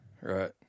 right